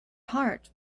heart